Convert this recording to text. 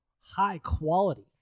high-quality